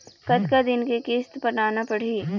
कतका दिन के किस्त पटाना पड़ही?